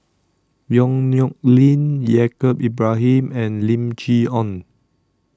Yong Nyuk Lin Yaacob Ibrahim and Lim Chee Onn